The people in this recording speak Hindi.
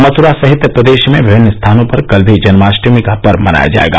मथ्रा सहित प्रदेश में विभिन्न स्थानों पर कल भी जन्माष्टमी का पर्व मनाया जायेगा